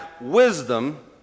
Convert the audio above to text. wisdom